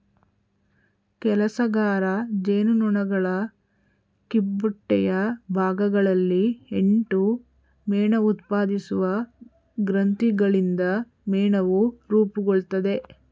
ಕೆಲಸಗಾರ ಜೇನುನೊಣಗಳ ಕಿಬ್ಬೊಟ್ಟೆಯ ಭಾಗಗಳಲ್ಲಿ ಎಂಟು ಮೇಣಉತ್ಪಾದಿಸುವ ಗ್ರಂಥಿಗಳಿಂದ ಮೇಣವು ರೂಪುಗೊಳ್ತದೆ